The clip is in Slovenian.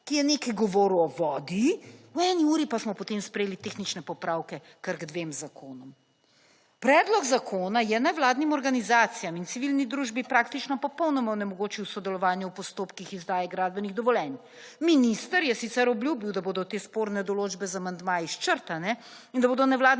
(nadaljevanje) v eni uri pa smo potem sprejeli tehnične popravke kar k dvem zakonom. Predlog zakona je nevladnim organizacijam in civilni družbi praktično popolnoma onemogočil sodelovanje v postopkih izdaje gradbenih dovoljenj. Minister je sicer obljubil, da bodo te sporne določbe z amandmaji črtane in da bodo nevladne